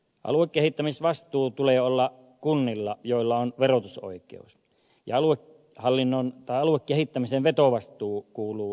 aluekehittämisvastuun tulee olla kunnilla joilla on verotusoikeus ja aluekehittämisen vetovastuu kuuluu maakuntaliitoille